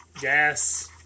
gas